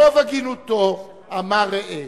ברוב הגינותו אמר: ראה,